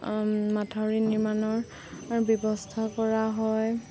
মথাউৰি নিৰ্মাণৰ ব্যৱস্থা কৰা হয়